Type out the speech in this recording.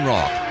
Rock